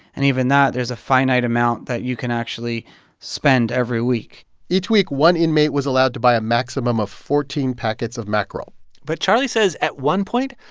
and even that there's a finite amount that you can actually spend every week each week, one inmate was allowed to buy a maximum of fourteen packets of mackerel but charlie says, at one point,